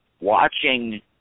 watching